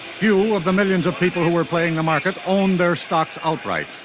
few of the millions of people who were playing the market owned their stock outright.